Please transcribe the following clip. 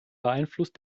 beeinflusst